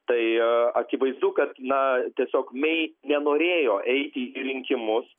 tai akivaizdu kad na tiesiog mey nenorėjo eiti į rinkimus